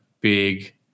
big